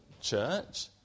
Church